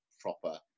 proper